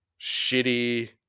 shitty